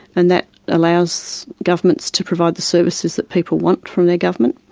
and that allows governments to provide the services that people want from their government.